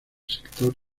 sector